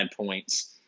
points